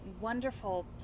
wonderful